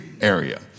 area